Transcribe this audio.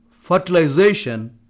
Fertilization